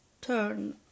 turn